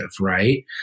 right